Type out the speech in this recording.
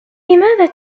لماذا